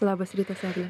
labas rytas egle